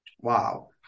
Wow